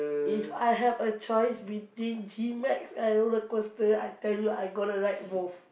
if I have a choice between G-Max and roller-coaster I tell you I gonna ride both